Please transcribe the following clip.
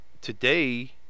today